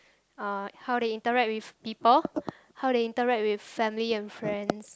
uh how they interact with people how they interact with family and friends